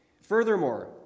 Furthermore